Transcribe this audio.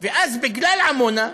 ואז בגלל עמונה,